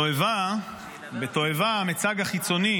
בתועבה המצג החיצוני